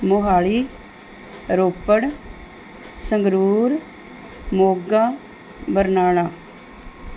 Mohali Ropar Sangrur Moga Barnala